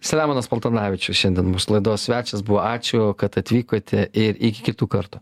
selemonas paltanavičius šiandien mūsų laidos svečias buvo ačiū kad atvykote ir iki kitų kartų